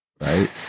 right